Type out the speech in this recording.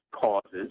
causes